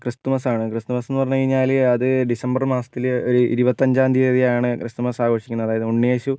ക്രിസ്തുമസാണ് Christmas എന്ന് പറഞ്ഞു കഴിഞ്ഞാൽ അത് ഡിസംബർ മാസത്തിൽ ഒരു ഇരുപത്തഞ്ചാം തീയതിയാണ് ക്രിസ്തുമസ് ആഘോഷിക്കുന്നത് അതായത് ഉണ്ണിയേശു